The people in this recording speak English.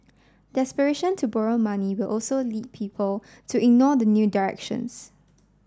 desperation to borrow money will also lead people to ignore the new directions